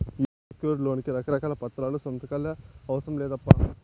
ఈ unsecured loan కి రకారకాల పత్రాలు, సంతకాలే అవసరం లేదప్పా